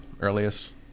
earliest